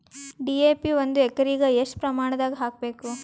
DAP ಒಂದು ಎಕರಿಗ ಎಷ್ಟ ಪ್ರಮಾಣದಾಗ ಹಾಕಬೇಕು?